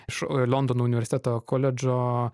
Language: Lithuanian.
iš londono universiteto koledžo